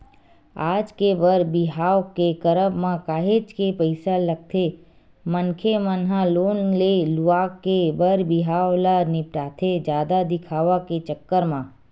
आज के बर बिहाव के करब म काहेच के पइसा लगथे मनखे मन ह लोन ले लुवा के बर बिहाव ल निपटाथे जादा दिखावा के चक्कर म